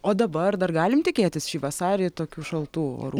o dabar dar galim tikėtis šį vasarį tokių šaltų orų